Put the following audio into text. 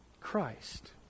Christ